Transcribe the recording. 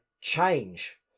change